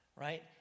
right